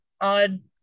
odd